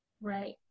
Right